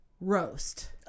roast